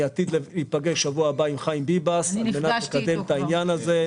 אני עתיד להיפגש בשבוע הבא עם חיים ביבס כדי לדבר איתו על העניין הזה.